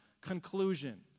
conclusion